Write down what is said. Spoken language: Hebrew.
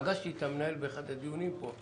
פגשתי את המנהל באחד הדיונים פה.